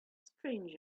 strange